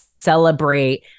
celebrate